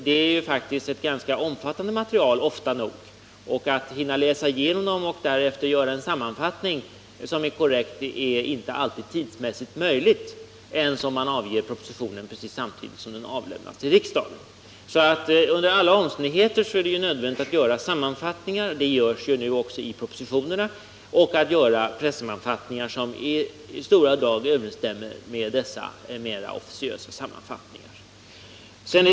Det är faktiskt ofta nog ett ganska omfattande material, och att hinna läsa igenom det och därefter göra en sammanfattning som är korrekt är inte alltid tidsmässigt möjligt ens om man får propositionen precis samtidigt som den avlämnas till riksdagen. Under alla omständigheter är det nödvändigt att göra sammanfattningar — det görs nu också i propositionen — och att göra pressammanfattningar som i stora drag överensstämmer med dessa mer officiösa sammanfattningar.